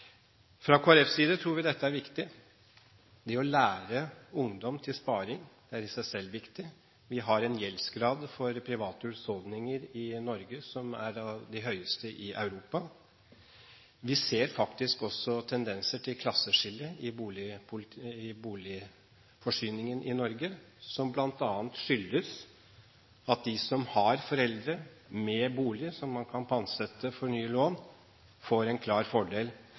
Fra Kristelig Folkepartis side tror vi dette er viktig. Det å lære ungdom sparing er i seg selv viktig, vi har en gjeldsgrad for private husholdninger i Norge som er blant de høyeste i Europa. Vi ser faktisk også tendenser til klasseskille i boligforsyningen i Norge, som bl.a. skyldes at de som har foreldre med bolig som man kan pantsette for nye lån, får en klar fordel